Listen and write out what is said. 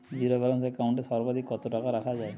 Zero balance account এ সর্বাধিক কত টাকা রাখা য়ায়?